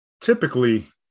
typically